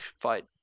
fight